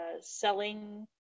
selling